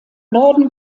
norden